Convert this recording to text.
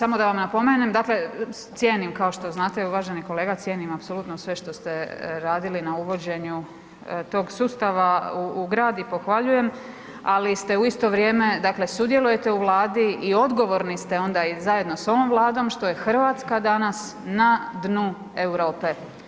Samo da vam napomenem, dakle cijenim, kao što znate, uvaženi kolega, cijenim apsolutno sve što ste radili na uvođenju tog sustava u grad i pohvaljujem, ali ste u isto vrijeme, dakle sudjelujete u Vladi i odgovorni ste onda i zajedno s ovom Vladom, što je Hrvatska danas na dnu Europe.